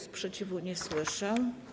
Sprzeciwu nie słyszę.